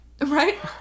Right